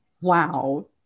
Wow